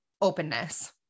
openness